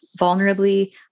vulnerably